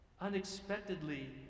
unexpectedly